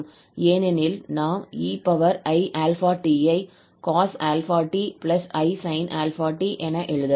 ஏனெனில் நாம் 𝑒𝑖𝛼𝑡 ஐ cos 𝛼𝑡 𝑖 sin 𝛼𝑡 என எழுதலாம்